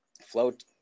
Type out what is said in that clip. float